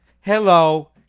Hello